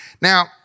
Now